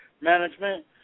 management